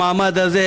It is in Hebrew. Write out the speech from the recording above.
למעמד הזה,